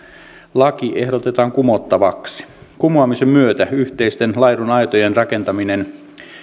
laki ehdotetaan kumottavaksi kumoamisen myötä yhteisten laidunaitojen rakentaminen